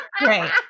Great